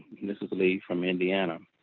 mrs. lee from indiana.